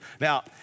Now